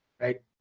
right